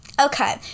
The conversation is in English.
Okay